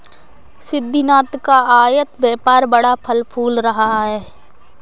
सिद्धिनाथ का आयत व्यापार बड़ा फल फूल रहा है